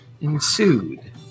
ensued